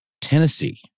Tennessee